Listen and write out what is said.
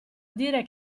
dire